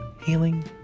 healing